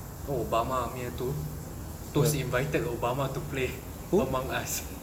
oh obama punya tu toast invited obama to play among us